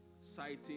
citing